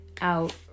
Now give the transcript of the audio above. out